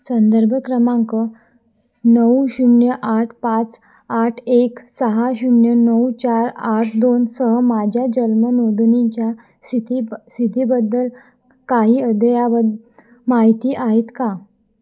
संदर्भ क्रमांक नऊ शून्य आठ पाच आठ एक सहा शून्य नऊ चार आठ दोनसह माझ्या जन्म नोंदणीच्या स्थितीब स्थितीबद्दल काही अद्ययावत माहिती आहेत का